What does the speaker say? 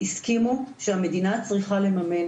הסכימו שהמדינה צריכה לממן